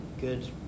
good